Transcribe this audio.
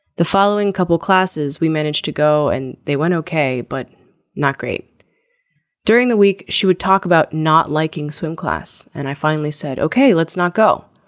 the following couple classes we managed to go and they went ok but not great during the week. she would talk about not liking swim class and i finally said ok. let's not go.